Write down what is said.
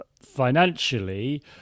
financially